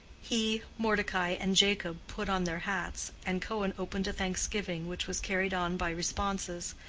he, mordecai and jacob put on their hats, and cohen opened a thanksgiving, which was carried on by responses,